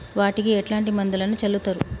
వాటికి ఎట్లాంటి మందులను చల్లుతరు?